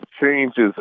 changes